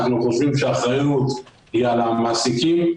אנחנו חושבים שהאחריות היא על המעסיקים.